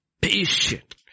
patient